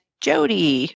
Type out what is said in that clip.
Jody